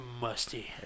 Musty